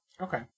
Okay